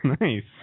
Nice